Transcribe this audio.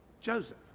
Joseph